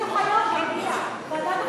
חינוך, אל תשגע אותנו.